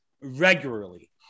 Regularly